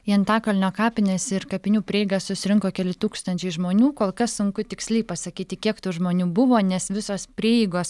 į antakalnio kapines ir kapinių prieigas susirinko keli tūkstančiai žmonių kol kas sunku tiksliai pasakyti kiek tų žmonių buvo nes visos prieigos